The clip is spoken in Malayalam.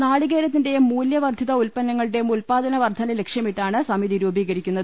നാളികേരത്തിന്റെയും മൂല്യവർധിത ഉൽപന്നങ്ങളുടെയും ഉൽപാദന വർധന ലക്ഷ്യമിട്ടാണ് സമിതി രൂപീകരിക്കുന്നത്